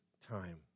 time